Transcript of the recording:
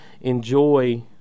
enjoy